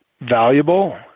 valuable